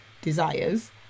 desires